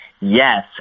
Yes